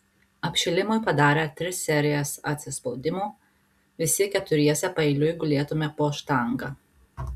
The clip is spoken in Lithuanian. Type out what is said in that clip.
apšilimui padarę tris serijas atsispaudimų visi keturiese paeiliui gulėme po štanga